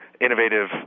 innovative